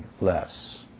less